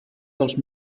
dels